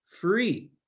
free